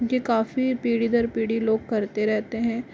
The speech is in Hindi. ये काफी पीढ़ी दर पीढ़ी लोग करते रहते हैं